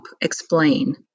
explain